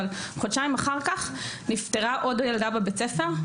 אבל חודשיים אחר כך נפטרה עוד ילדה בבית ספר,